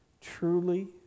Truly